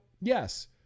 yes